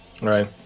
right